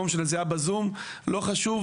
לא משנה זה היה בזום לא חשוב,